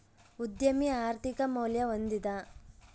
ಉದ್ಯಮಿ ಆರ್ಥಿಕ ಮೌಲ್ಯ ಹೊಂದಿದ